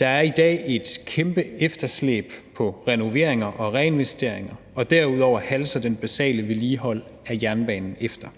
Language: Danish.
Der er i dag et kæmpe efterslæb på renoveringer og reinvesteringer, og derudover halser det basale vedligehold af jernbanen efter.